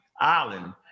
Island